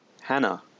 Hannah